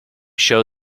show